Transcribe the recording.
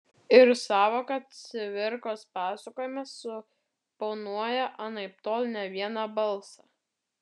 ir sąvoka cvirkos pasakojimas suponuoja anaiptol ne vieną balsą